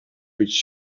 być